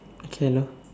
okay hello